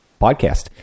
podcast